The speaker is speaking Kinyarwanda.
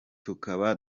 tukaba